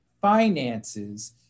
finances